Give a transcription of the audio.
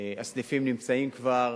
הסניפים כבר